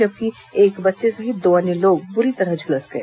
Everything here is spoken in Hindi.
जबकि एक बच्चे सहित दो अन्य लोग बुरी तरह झुलस गए